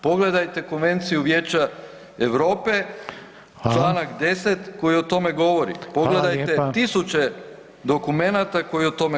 Pogledajte Konvenciju Vijeća Europe, čl. 10 [[Upadica Reiner: Hvala.]] koji o tome govori, pogledajte tisuće [[Upadica Reiner: Hvala lijepa.]] dokumenata koji o tome